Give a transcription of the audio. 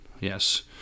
Yes